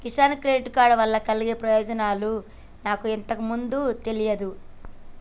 Kisan credit card వలన కలిగే ప్రయోజనాలు నాకు ఇంతకు ముందు తెలియదు